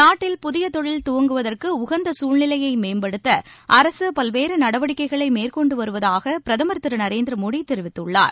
நாட்டில் புதிய தொழில் துவங்குவதற்கு உகந்த சூழ்நிலையை மேம்படுத்த அரசு பல்வேறு நடவடிக்கைகளை மேற்கொண்டு வருவதாக பிரதமர் திரு நரேந்திர மோடி தெரிவித்துள்ளார்